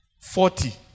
Forty